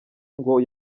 ngo